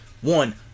One